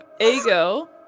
Ego